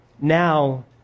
Now